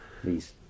Please